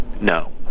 No